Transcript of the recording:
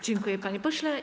Dziękuję, panie pośle.